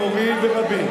דיברתי על מורי ורבי.